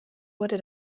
wurde